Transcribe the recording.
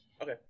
okay